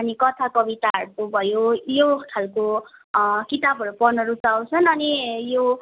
अनि कथा कविताहरूको भयो यो खालको किताबहरू पढ्न रुचाउँछन् अनि यो जस्तै